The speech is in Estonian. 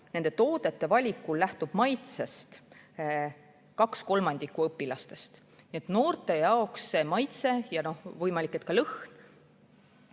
nende toodete valikul lähtub maitsest kaks kolmandikku õpilastest. Nii et noorte jaoks on maitse ja võimalik, et ka lõhn